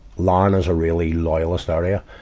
larne is a really loyalist area,